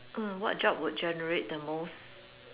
uh what job would generate the most